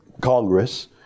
Congress